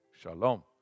Shalom